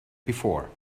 before